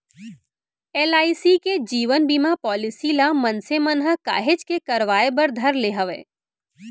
LIC के जीवन बीमा पॉलीसी ल मनसे मन ह काहेच के करवाय बर धर ले हवय